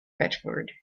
bedford